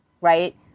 right